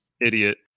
idiot